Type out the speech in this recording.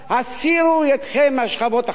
הסירו ידכם מהשכבות החלשות.